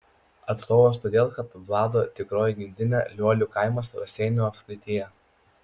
atstovas todėl kad vlado tikroji gimtinė liolių kaimas raseinių apskrityje